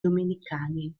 domenicani